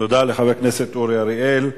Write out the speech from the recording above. תודה לחבר הכנסת אורי אריאל.